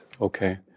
Okay